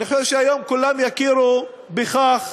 אני חושב שהיום כולם יכירו בכך,